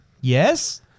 Yes